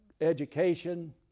education